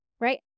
right